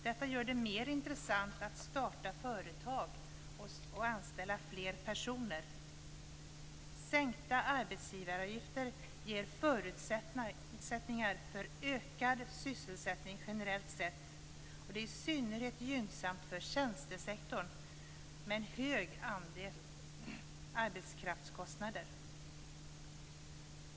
Detta gör det mer intressant att starta företag och anställa fler personer. Sänkta arbetsgivaravgifter ger förutsättningar för ökad sysselsättning generellt sett, och det är i synnerhet gynnsamt för tjänstesektorn som har en hög andel arbetskraftskostnader.